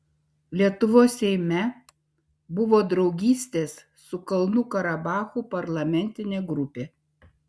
lietuvos seime buvo draugystės su kalnų karabachu parlamentinė grupė